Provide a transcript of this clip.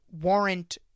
warrant